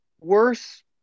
worse